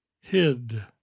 hid